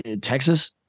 Texas